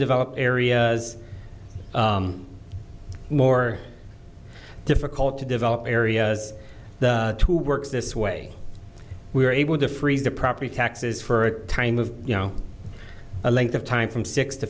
develop areas more difficult to develop areas to work this way we were able to freeze the property taxes for time of you know a length of time from six to